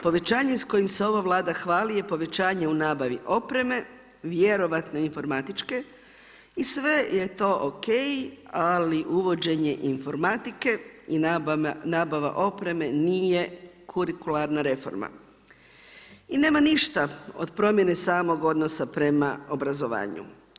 Povećanje s kojim se ova Vlada hvali je povećanje u nabavi opreme, vjerojatno informatičke i sve je to OK, ali uvođenjem informatike i nabava opreme nije kurikularna reforma i nema ništa od promjene samog odnosa prema obrazovanju.